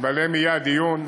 ועליהן יהיה הדיון.